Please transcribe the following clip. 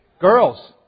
Girls